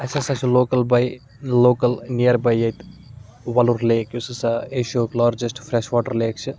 اَسہِ ہَسا چھِ local by local near by ییٚتہِ وَلُر لیک یُس ہَسا ایشیاہُک لارجَسٹ فرٛیش واٹَر لیک چھِ